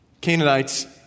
Canaanites